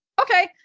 okay